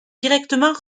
directement